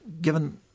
given